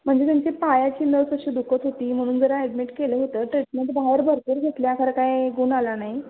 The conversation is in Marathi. म्हणजे त्यांची पायाची नस अशी दुखत होती म्हणून जरा ॲडमिट केलं होतं ट्रीटमेंट बाहेर भरपूर घेतल्या तर काय गुण आला नाही